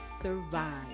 survive